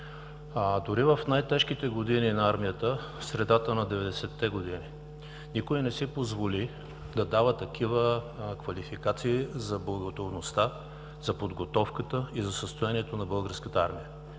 Дори в най-тежките години на армията, в средата на 90-те години, никой не си позволи да дава такива квалификации за боеготовността, за подготовката и за състоянието на Българската армия.